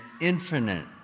infinite